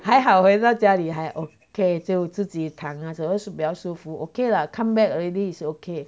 还好回到家里还 okay 就自己躺就是比较舒服 okay lah come back already is okay